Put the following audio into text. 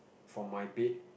from my bed